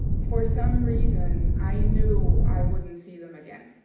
for some reason, i knew i wouldn't see them again.